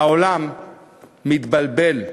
העולם מתבלבל,